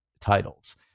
titles